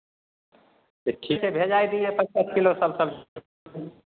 ठीके भेजाय दिअ एक एक किलो सभ सबजी